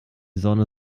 sonne